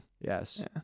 Yes